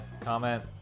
comment